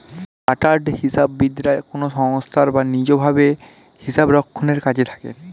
chartered হিসাববিদরা কোনো সংস্থায় বা নিজ ভাবে হিসাবরক্ষণের কাজে থাকেন